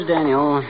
Daniel